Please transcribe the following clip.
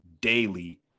daily